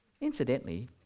Incidentally